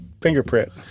fingerprint